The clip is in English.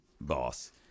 boss